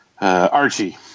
Archie